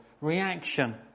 reaction